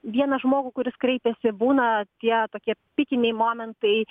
vieną žmogų kuris kreipiasi būna tie tokie pikiniai momentai